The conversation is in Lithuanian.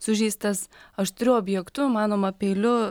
sužeistas aštriu objektu manoma peiliu